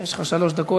יש לך שלוש דקות.